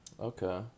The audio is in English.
Okay